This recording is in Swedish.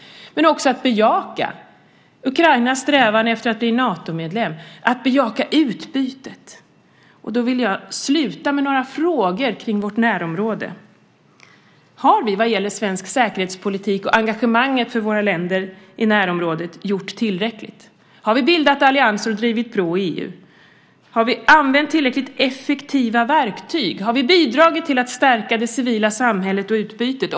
Vi ska också bejaka Ukrainas strävan efter att bli Natomedlem, bejaka utbytet. Jag vill sluta med några frågor kring vårt närområde: Har vi vad gäller svensk säkerhetspolitik och engagemanget för länderna i vårt närområde gjort tillräckligt? Har vi bildat allianser och drivit på i EU? Har vi använt tillräckligt effektiva verktyg? Har vi bidragit till att stärka det civila samhället och utbytet?